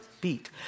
beat